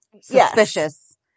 suspicious